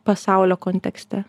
pasaulio kontekste